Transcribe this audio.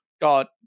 God